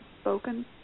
spoken